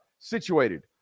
situated